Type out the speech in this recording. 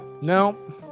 No